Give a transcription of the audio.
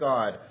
God